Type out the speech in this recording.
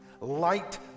light